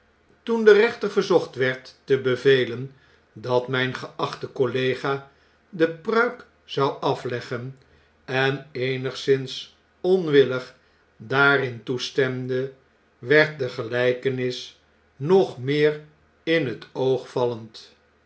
toen de rechter verzocht werd te bevelen dat mu'n geacbte collega de pruik zou atieggen en eenigszins onwillig daarin toestemde werd de geln'kenis nog meer in het oog vallend